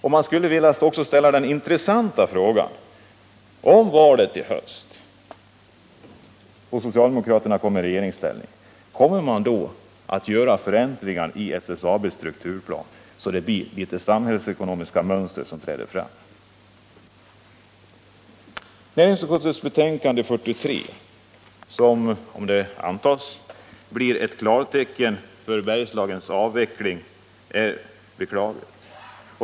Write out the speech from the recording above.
Jag skulle också vilja ställa den intressanta frågan: Om SAP skulle komma i regeringsställning efter valet i höst, kommer ni då att företa förändringar i SSAB:s strukturplan så att samhällsekonomiska mönster träder fram? Näringsutskottets betänkande nr 43 blir, om det antas, ett klartecken för Bergslagens avveckling. Det är beklagligt.